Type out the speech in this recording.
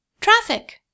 traffic